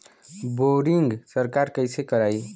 Boring सरकार कईसे करायी?